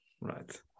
Right